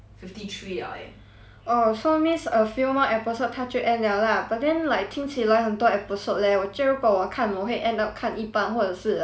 oh so means a few more episode 他就 end liao lah but then like 听起来很多 episode leh 我觉得如果我看我会 end up 看一半或者是 like 直接放弃 lor